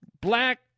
black